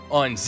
on